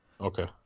Okay